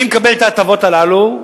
מי מקבל את ההטבות הללו?